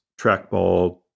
trackball